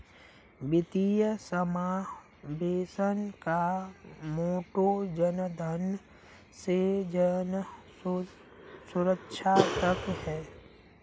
वित्तीय समावेशन का मोटो जनधन से जनसुरक्षा तक है